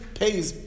pays